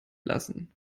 lassen